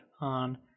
on